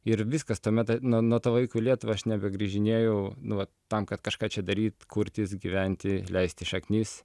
ir viskas tuomet nuo nuo to laiko lietuvą aš nebe grįžinėjau nu vat tam kad kažką čia daryt kurtis gyventi leisti šaknis